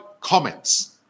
comments